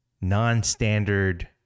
non-standard